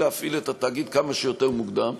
להפעיל את התאגיד כמה שיותר מוקדם,